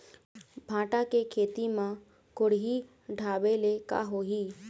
भांटा के खेती म कुहड़ी ढाबे ले का होही?